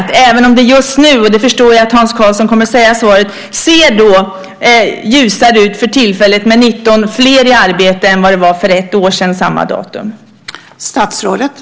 För tillfället ser det visserligen ljusare ut - och jag förstår att Hans Karlsson kommer att säga det - med 19 fler i arbete än vad det var vid samma datum för ett år sedan.